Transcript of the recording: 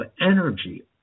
energy